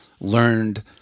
learned